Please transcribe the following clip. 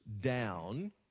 down